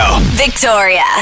Victoria